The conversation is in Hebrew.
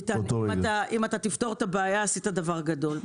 ביטן, אם תפתור את הבעיה, עשית דבר גדול.